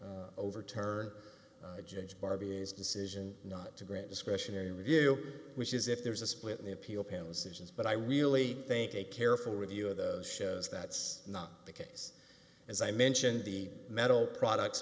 can overturn judge barbie is decision not to grant discretionary review which is if there's a split in the appeal panels it is but i really think a careful review of those shows that's not the case as i mentioned the metal products